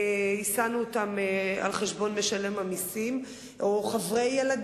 הסענו אותם על חשבון משלם המסים, או את חברי ילדי.